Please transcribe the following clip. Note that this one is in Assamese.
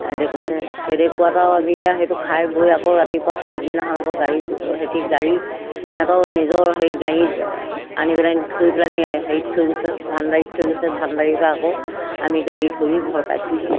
সেনেকৈ কৈছে সেইদৰে কোৱাত আৰু আমি এতিয়া সেইটো খাই বৈ আকৌ ৰাতিপুৱা পিছদিনাখন আকৌ গাড়ী গাড়ী সিহঁতৰ নিজৰ সেই গাড়ীত আনি পেলাহেনি থৈ পেলাহেনি হেৰিত থৈ গৈছে ভাণ্ডাৰীত থৈ গৈছে ভাণ্ডাৰীৰপৰা আকৌ আমি গাড়ী ধৰি ঘৰ পাইছোঁহি